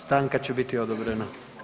Stanka će biti odobrena.